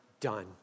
done